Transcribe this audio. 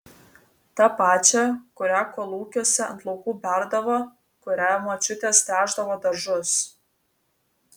tą pačią kurią kolūkiuose ant laukų berdavo kuria močiutės tręšdavo daržus